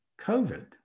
COVID